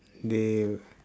they